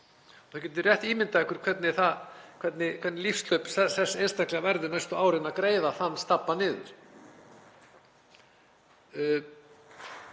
Þið getið rétt ímyndað ykkur hvernig lífshlaup þess einstaklings verður næstu árin við að greiða þann stabba niður.